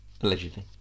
Allegedly